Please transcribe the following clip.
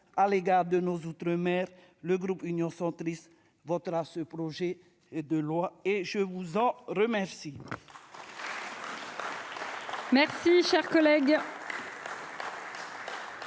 pour nos outre-mer. Le groupe Union Centriste votera ce projet de loi ; je vous en remercie.